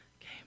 Okay